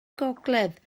gogledd